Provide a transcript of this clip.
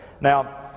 Now